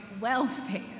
Welfare